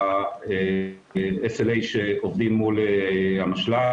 ה-SLA שעובדים מול המשלט,